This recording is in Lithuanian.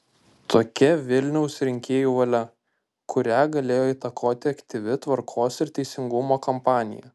tokia vilniaus rinkėjų valia kurią galėjo įtakoti aktyvi tvarkos ir teisingumo kampanija